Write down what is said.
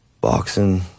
boxing